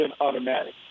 automatic